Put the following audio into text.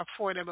affordable